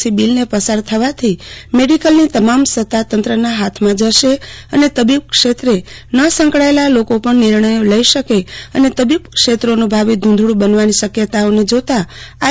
C બિલને પસાર થવાથી મેડિકલની તમામ સત્તા તંત્રના હાથમાં જશે અને તબીબક્ષેત્રે ન સંકળાયેલ લોકો પણ નિર્ણથો લઇ શકે અને તબીબ ક્ષેત્રોનું ભાવિ ધું ધળું બનવાની શક્યતાઓને જોતાં આઇ